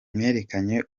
mwerekanye